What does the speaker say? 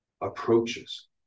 approaches